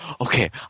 okay